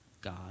God